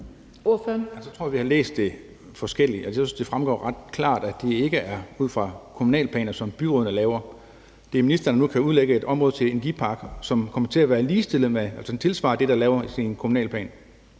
Så tror jeg, at vi har læst det forskelligt. Jeg synes, det fremgår ret klart, er det ikke er ud fra kommunalplaner, som byrådene laver. Det er ministeren, der nu kan udlægge et område til energipark, som kommer til at tilsvare det, der laves i en kommunalplan.